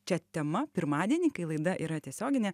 čia tema pirmadienį kai laida yra tiesioginė